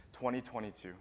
2022